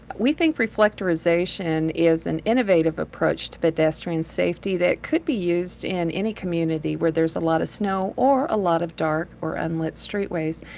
we think reflectorization is an innovative approached to pedestrian safety that could be used in any community where there's a lot of snow, or a lot of dark, or unlit streetways.